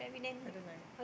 I don't like